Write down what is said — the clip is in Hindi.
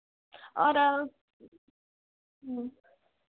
और आप